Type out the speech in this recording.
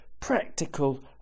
practical